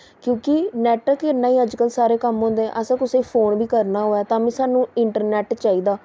क्योंकि नैट्ट कन्नै गै अजकल्ल सारे कम्म होंदे असें कुसै गी फोन बी करना होऐ तां बी सानू इंटरनैट्ट चाहिदा